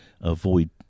avoid